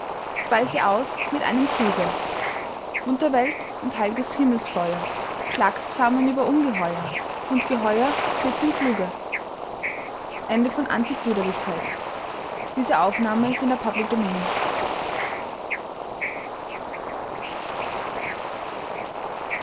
sie aus mit einem zuge unterwelt und heil'ges himmelsfeuer schlagt zusammen über ungeheuer und geheuer wird's im fluge